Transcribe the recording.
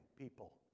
people